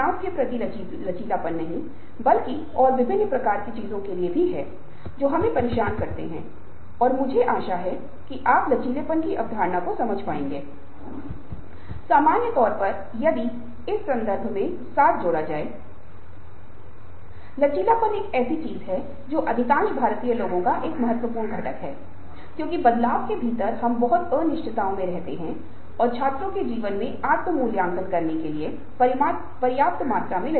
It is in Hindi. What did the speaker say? आदमी पहिया में एक दलदल की तरह हो ने की और अधिक संभावना है वह एक रोबोट की तरह है और इसके स्विच को क्रमशः पुरस्कार और दंड और सभी प्रक्रिया सिद्धांतों और आपके द्वारा सीखी गई सामग्री के सिद्धांत को लागू करना होगा प्रमुख विषय यह है कि कर्मचारी अधिक मेहनत और होशियारी से काम करेंगे जब उन्हें कुछ विशिष्ट आर्थिक पुरस्कार दिए जाएँगे जैसे कि वेतन वृद्धि बोनस प्रदर्शन आधारित क्षतिपूर्ति इत्यादि